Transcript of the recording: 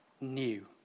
new